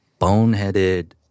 boneheaded